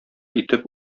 итеп